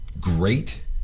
great